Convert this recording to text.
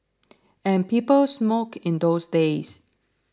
and people smoked in those days